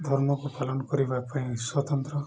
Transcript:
ଧର୍ମକୁ ପାଳନ କରିବା ପାଇଁ ସ୍ୱତନ୍ତ୍ର